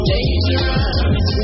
Dangerous